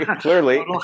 Clearly